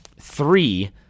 three